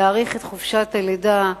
להאריך את חופשת הלידה.